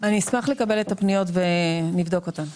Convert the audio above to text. אני אשמח לקבל את הפניות ולבדוק אותן.